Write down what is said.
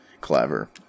clever